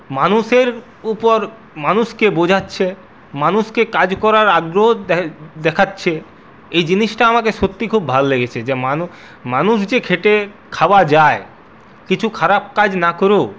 মানুষের উপর মানুষকে বোঝাচ্ছে মানুষকে কাজ করার আগ্রহ দেখাচ্ছে এই জিনিস্টা আমাকে সত্যি খুব ভাল লেগেছে যে মানুষ মানুষ যে খেটে খাওয়া যায় কিছু খারাপ কাজ না করেও